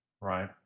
right